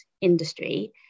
industry